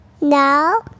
no